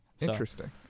Interesting